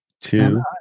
Two